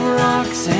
rocks